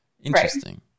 interesting